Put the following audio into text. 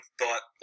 thought